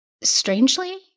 Strangely